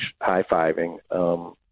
high-fiving